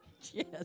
Yes